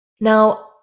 Now